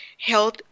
health